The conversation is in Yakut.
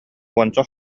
уонча